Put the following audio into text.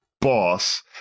boss